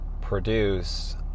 produce